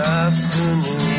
afternoon